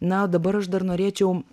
na o dabar aš dar norėčiau